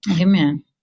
amen